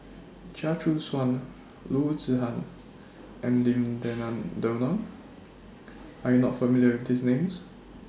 Chia Choo Suan Loo Zihan and Lim Denan Denon Are YOU not familiar with These Names